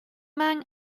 man